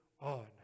on